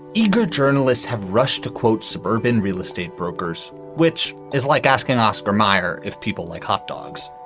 eager journalists have rushed to, quote suburban real estate brokers, which is like asking oscar meyer if people like hot dogs,